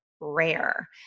rare